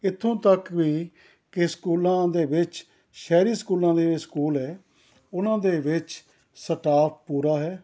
ਇੱਥੋਂ ਤੱਕ ਵੀ ਕਿ ਸਕੂਲਾਂ ਦੇ ਵਿੱਚ ਸ਼ਹਿਰੀ ਸਕੂਲਾਂ ਦੇ ਸਕੂਲ ਹੈ ਉਨ੍ਹਾਂ ਦੇ ਵਿੱਚ ਸਟਾਫ਼ ਪੂਰਾ ਹੈ